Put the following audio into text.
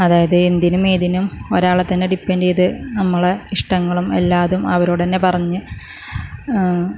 അതായത് എന്തിനും ഏതിനും ഒരാളെ തന്നെ ഡിപെൻഡ് ചെയ്ത് നമ്മളുടെ ഇഷ്ടങ്ങളും എല്ലാ ഇതും അവരോട് തന്നെ പറഞ്ഞ്